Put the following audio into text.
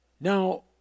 Now